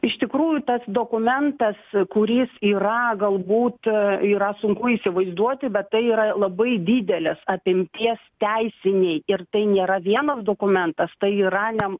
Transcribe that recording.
iš tikrųjų tas dokumentas kuris yra galbūt yra sunku įsivaizduoti bet tai yra labai didelės apimties teisiniai ir tai nėra vienas dokumentas tai yra ne